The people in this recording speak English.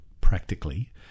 practically